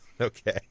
Okay